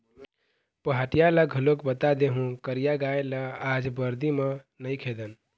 पहाटिया ल घलोक बता देहूँ करिया गाय ल आज बरदी म नइ खेदन